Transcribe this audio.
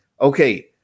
Okay